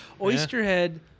Oysterhead